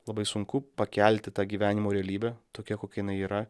labai sunku pakelti tą gyvenimo realybę tokia kokia jinai yra